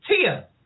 Tia